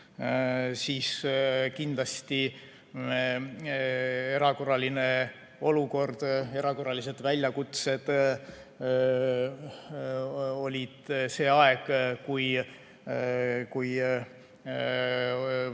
Kindlasti erakorraline olukord, erakorralised väljakutsed oli see aeg, kui